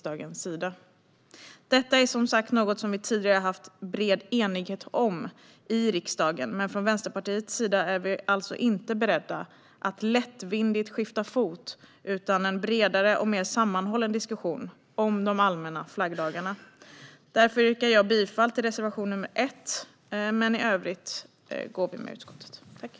Detta är som sagt något som vi tidigare har haft bred enighet om i riksdagen, och från Vänsterpartiets sida är vi alltså inte beredda att lättvindigt skifta fot utan en bredare och mer sammanhållen diskussion om allmänna flaggdagar. Därför yrkar jag bifall till reservation 1 och i övrigt bifall till utskottets förslag.